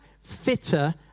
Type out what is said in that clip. fitter